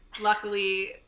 luckily